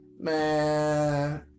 man